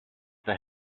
the